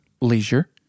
leisure